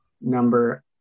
Number